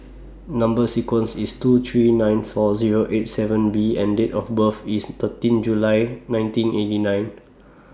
Number sequence IS T two three nine four Zero eight seven B and Date of birth IS thirteen July nineteen eighty nine